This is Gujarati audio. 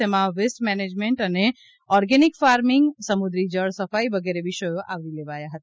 તેમાં વેસ્ટ મેનેજમેન્ટ અને ઓર્ગેનીક ફાર્મીંગ સમુદ્રી જળ સફાઇ વગેરે વિષયો આવરી લેવાયા હતા